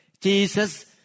Jesus